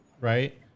right